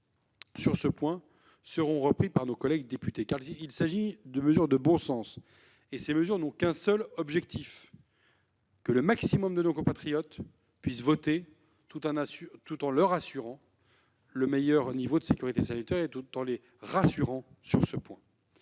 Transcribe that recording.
sur ce point seront repris par nos collègues députés, car il s'agit de mesures de bon sens, qui n'ont qu'un seul objectif : faire en sorte que le maximum de nos compatriotes puisse voter tout en leur assurant le meilleur niveau de sécurité sanitaire. Il est important de les rassurer sur ce point.